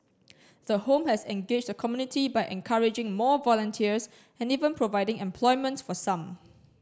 the home has engaged the community by encouraging more volunteers and even providing employment for some